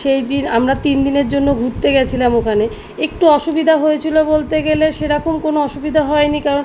সেই দিন আমরা তিন দিনের জন্য ঘুরতে গেছিলাম ওখানে একটু অসুবিধা হয়েছিলো বলতে গেলে সে রকম কোনো অসুবিধা হয় নি কারণ